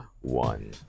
one